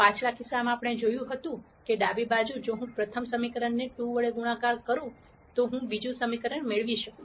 પાછલા કિસ્સામાં આપણે જોયું કે ડાબી બાજુ જો હું પ્રથમ સમીકરણને 2 વડે ગુણાકાર કરું તો હું બીજું સમીકરણ મેળવી શકું